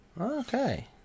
Okay